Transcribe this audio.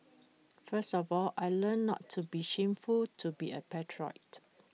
first of all I learnt not to be shameful to be A patriot